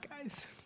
guys